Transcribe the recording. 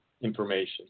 information